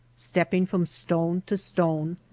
step ping from stone to stone,